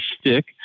stick